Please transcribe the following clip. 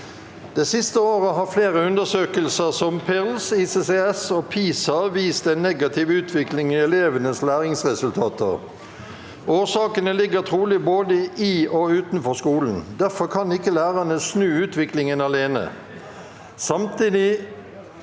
«Det siste året har flere undersøkelser, som PIRLS, ICCS og PISA, vist en negativ utvikling i elevenes læringsresultater. Årsakene ligger trolig både i og utenfor skolen. Derfor kan ikke lærerne snu utviklingen alene.